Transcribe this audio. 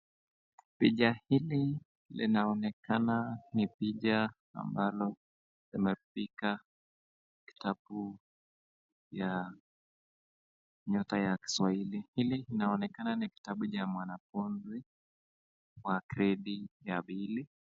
Picha hili linaonekana ni picha ambalo linapika kitabu ya nyota ya kiswahili. Hili linaonekana ni kitabu cha mwanafunzi wa gredi ya pili.